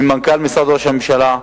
עם מנכ"ל משרד ראש הממשלה,